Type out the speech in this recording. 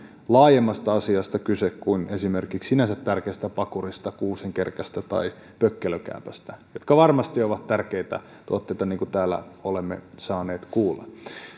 laajemmasta asiasta kyse kuin esimerkiksi sinänsä tärkeistä pakurista kuusenkerkästä tai pökkelökäävästä jotka varmasti ovat tärkeitä tuotteita niin kuin täällä olemme saaneet kuulla